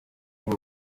bose